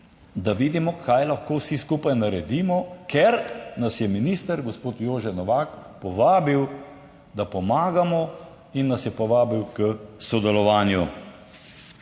da vidimo, kaj lahko vsi skupaj naredimo, ker nas je minister gospod Jože Novak povabil, da pomagamo in nas je povabil k sodelovanju.